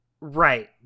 Right